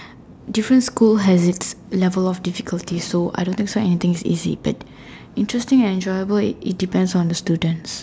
different school has level of difficulties so I don't think so anything is easy but interesting enjoyable is depend on the students